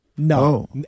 No